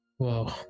Whoa